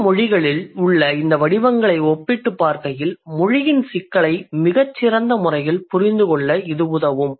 உலக மொழிகளில் உள்ள இந்த வடிவங்களை ஒப்பிட்டுப் பார்க்கையில் மொழியின் சிக்கலை மிகச் சிறந்த முறையில் புரிந்துகொள்ள இது உதவும்